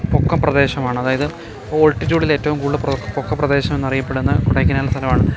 പൊക്കം പ്രദേശമാണ് അതായത് ഓൾട്ടിറ്റ്യൂഡിൽ ഏറ്റവും കൂടുതൽ പൊക്കപ്രദേശം എന്നറിയപ്പെടുന്ന കൊടൈക്കനാൽ സ്ഥലമാണ്